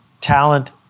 talent